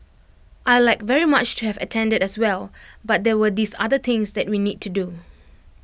I'd like very much to have attended as well but there were these other things that we need to do